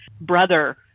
brother